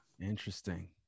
Interesting